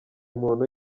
muntu